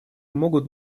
могут